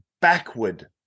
backward